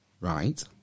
Right